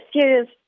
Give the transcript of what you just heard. serious